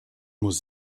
muss